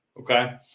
okay